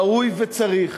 ראוי וצריך,